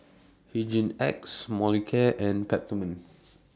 Hygin X Molicare and Peptamen